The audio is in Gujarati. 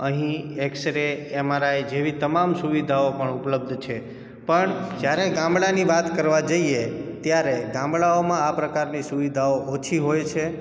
અહીં X ray M R I જેવી તમામ સુવિધાઓ પણ ઉપલબ્ધ છે પણ જયારે ગામડાની વાત કરવા જઈએ ત્યારે ગામડાઓમાં આ પ્રકારની સુવિધાઓ ઓછી હોય છે